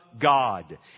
God